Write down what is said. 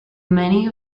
many